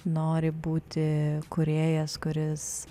nori būti kūrėjas kuris